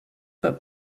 but